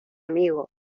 amigo